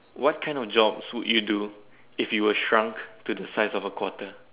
what kind of jobs would you do if you were shrunk to a size of a quarter